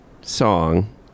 song